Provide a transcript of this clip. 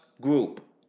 group